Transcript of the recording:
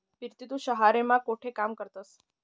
पिरती तू शहेर मा कोठे काम करस?